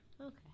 Okay